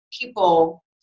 people